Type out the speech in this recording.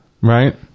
Right